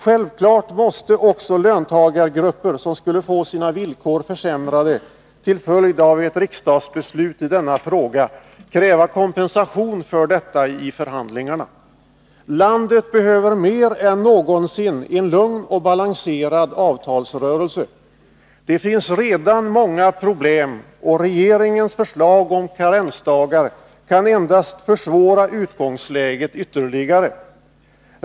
Självklart måste också löntagargrupper, som skulle få sina villkor försämrade till följd av ett riksdagsbeslut i denna fråga, kräva kompensation för detta i förhandlingarna. Landet behöver mer än någonsin en lugn och balanserad avtalsrörelse. Det finns redan många problem och regeringens förslag om karensdagar kan endast försvåra utgångsläget ytterligare.